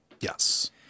Yes